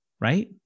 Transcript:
right